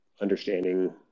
understanding